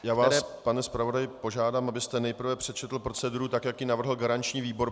Já vás, pane zpravodaji, požádám, abyste nejprve přečetl proceduru tak, jak ji navrhl garanční výbor.